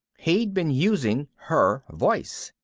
he'd been using her voice.